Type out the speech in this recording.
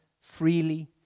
freely